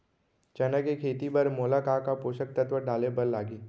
चना के खेती बर मोला का का पोसक तत्व डाले बर लागही?